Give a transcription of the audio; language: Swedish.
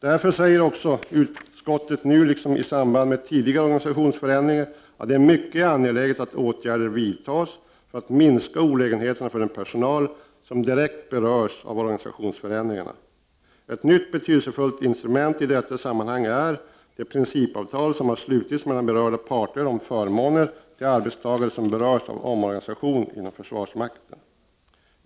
Utskottet anser nu liksom i samband med tidigare organisationsförändringar att det är mycket angeläget att åtgärder vidtas för att minska olägenheterna för den personal som direkt berörs av organisationsförändringarna. Ett nytt betydelsefullt instrument i detta sammanhang är det principavtal som har slutits mellan berörda parter om förmåner till de arbetstagare som berörs av omorganisationer inom försvarsmakten.